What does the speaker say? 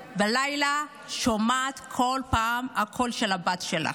שבלילה היא שומעת כל פעם את הקול של הבת שלה.